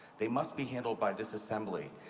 they must be handled by this assembly.